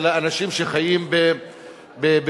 אלא אנשים שחיים בראמה,